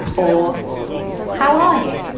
or how are you?